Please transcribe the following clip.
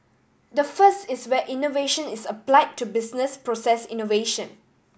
the first is where innovation is applied to business process innovation